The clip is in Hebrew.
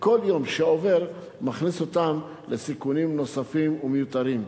וכל יום שעובר מכניס אותם לסיכונים נוספים ומיותרים.